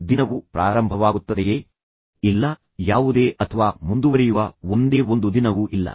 ಇಲ್ಲ ಯಾವುದೇ ಸಂಘರ್ಷವಿಲ್ಲದೆ ಪ್ರಾರಂಭವಾಗುವ ಅಥವಾ ಕೊನೆಗೊಳ್ಳುವ ಅಥವಾ ಮುಂದುವರಿಯುವ ಒಂದೇ ಒಂದು ದಿನವೂ ಇಲ್ಲ